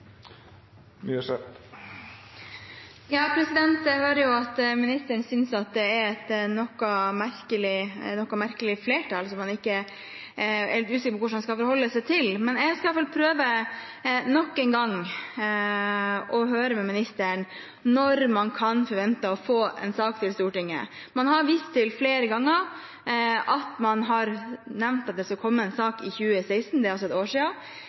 noe merkelig flertallsmerknad, som han er litt usikker på hvordan han skal forholde seg til, men jeg skal i alle fall prøve – nok en gang – å høre med ministeren når man kan forvente å få en sak til Stortinget. Man har flere ganger vist til at man har nevnt at det skulle komme en sak i 2016 – det er altså ett år siden. Det var også en høringsfrist i april – var det vel – det er et halvt år